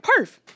perf